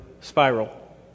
spiral